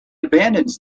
abandons